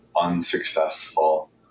unsuccessful